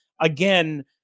again